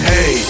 Hey